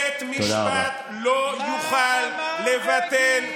בית משפט לא יוכל לבטל,